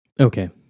Okay